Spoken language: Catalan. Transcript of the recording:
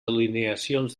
alineacions